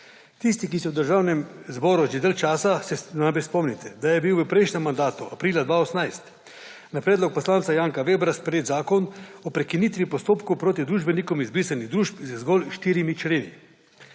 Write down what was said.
Tisti, ki ste v državnem zboru že dlje časa, se najbrž spomnite, da je bil v prejšnjem mandatu aprila 2018 na predlog poslanca Janka Vebra sprejet Zakon o prekinitvi postopkov proti družbenikom izbrisanih družb z zgolj štirimi členi.